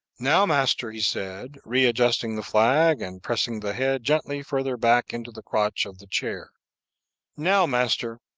now, master, he said, readjusting the flag, and pressing the head gently further back into the crotch of the chair now, master,